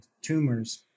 tumors